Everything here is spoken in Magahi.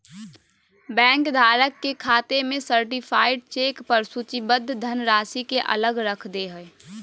बैंक धारक के खाते में सर्टीफाइड चेक पर सूचीबद्ध धनराशि के अलग रख दे हइ